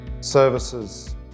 services